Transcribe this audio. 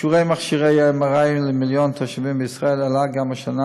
שיעור מכשירי ה-MRI למיליון תושבים בישראל עלה גם השנה,